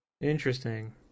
Interesting